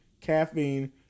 caffeine